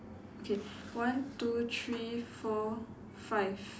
okay one two three four five